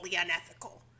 unethical